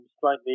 slightly